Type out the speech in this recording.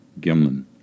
Gimlin